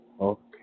okay